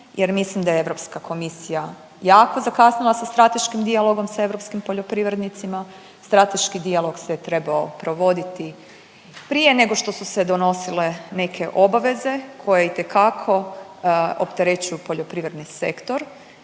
jer mislim da je Europska komisija jako zakasnila sa strateškim dijalogom sa europskim poljoprivrednicima. Strateški dijalog se trebao provoditi prije nego što su se donosile neke obaveze koje itekako opterećuju poljoprivredni sektor.